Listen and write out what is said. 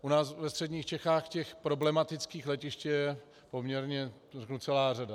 U nás ve středních Čechách těch problematických letiště je celá řada.